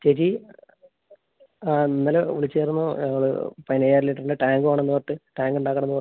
ചേച്ചി ആ ഇന്നലെ വിളിച്ചായിരുന്നു ഞങ്ങൾ പതിനയ്യായിരം ലിറ്ററിൻ്റ ടാങ്ക് വേണമെന്ന് പറഞ്ഞിട്ട് ടാങ്ക് ഉണ്ടാക്കണമെന്ന് പറഞ്ഞിട്ട്